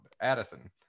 Addison